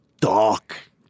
dark